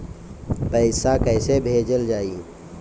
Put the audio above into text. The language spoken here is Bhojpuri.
पैसा कैसे भेजल जाइ?